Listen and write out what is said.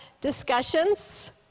discussions